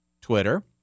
Twitter